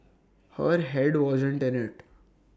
her Head wasn't in IT